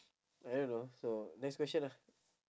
I don't know so next question lah